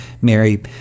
Mary